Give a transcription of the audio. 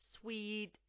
sweet